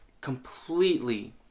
completely